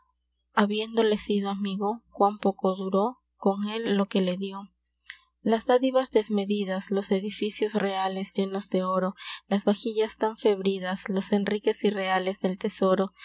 auiendole sido amigo quan poco duro con el lo que le dio a poderoso f y quan bcdf halaguero bcdef veras a y auyendole bcd seydo las dadiuas desmedidas los edificios reales llenos de oro las vaxillas tan febridas los enrriques y reales del tesoro